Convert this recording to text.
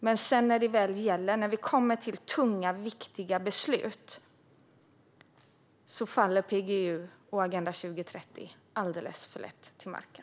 Men när det väl gäller, när vi kommer till tunga, viktiga beslut, faller PGU och Agenda 2030 alldeles för lätt till marken.